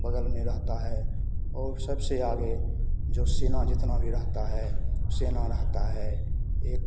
बगल में रहता है और सबसे ज़्यादा जो सेना जितना भी रहता है सेना रहता है एक